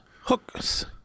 Hooks